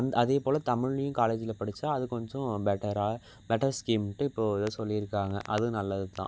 அந் அதேபோல் தமிழ்லேயும் காலேஜில் படித்தா அது கொஞ்சம் பெட்டராக பெட்டர் ஸ்கீம்ட்டு இப்போது ஏதோ சொல்லியிருக்காங்க அதுவும் நல்லது தான்